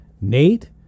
Nate